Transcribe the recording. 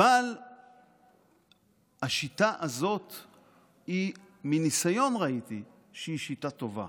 אבל השיטה הזאת, מניסיון ראיתי שהיא שיטה טובה.